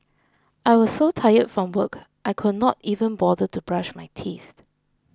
I was so tired from work I could not even bother to brush my teeth